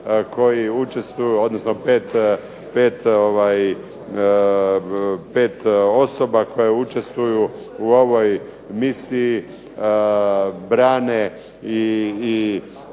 koji učestvuju, odnosno 5 osoba koje učestvuju u ovoj misiji brane i